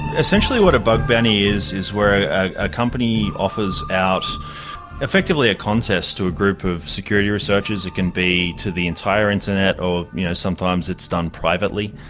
essentially what a bug bounty is, is where a company offers out effectively a contest to a group of security researchers, it can be to the entire internet or you know sometimes it's done privately.